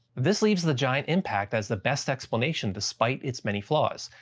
this leaves the giant impact as the best explanation despite its many flaws.